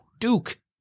Duke